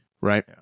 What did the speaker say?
right